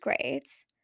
grades